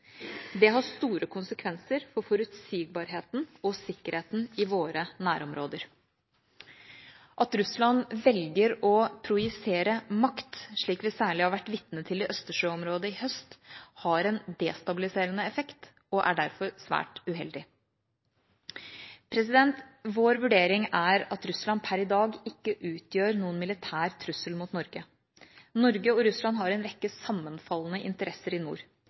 Det har store konsekvenser for forutsigbarheten og sikkerheten i våre nærområder. At Russland velger å projisere makt, slik vi særlig har vært vitne til i østersjøområdet i høst, har en destabiliserende effekt og er derfor svært uheldig. Vår vurdering er at Russland per i dag ikke utgjør noen militær trussel mot Norge. Norge og Russland har en rekke sammenfallende interesser i nord.